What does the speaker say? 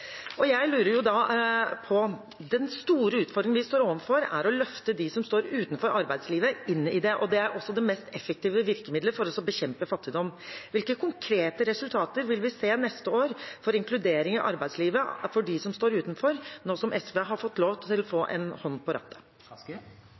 Den store utfordringen vi står overfor, er å løfte dem som står utenfor arbeidslivet, inn i det. Det er også det mest effektive virkemiddelet for å bekjempe fattigdom. Jeg lurer da på: Hvilke konkrete resultater vil vi se neste år på inkludering i arbeidslivet for dem som står utenfor, nå som SV har fått lov til å få